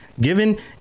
Given